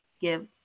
give